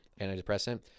antidepressant